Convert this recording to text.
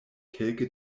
kelke